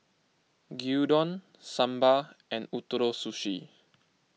Gyudon Sambar and Ootoro Sushi